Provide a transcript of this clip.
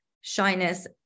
shyness